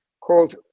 called